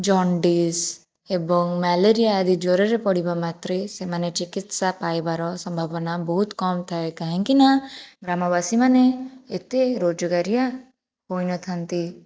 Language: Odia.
ଜଣ୍ଡିସ୍ ଏବଂ ମ୍ୟାଲେରିଆ ଆଦି ଜ୍ୱରରେ ପଡ଼ିବା ମାତ୍ରେ ସେମାନେ ଚିକିତ୍ସା ପାଇବାର ସମ୍ଭାବନା ବହୁତ କମ୍ ଥାଏ କାହିଁକିନା ଗ୍ରାମବାସୀମାନେ ଏତେ ରୋଜଗାରିଆ ହୋଇନଥାନ୍ତି